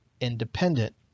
independent